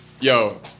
yo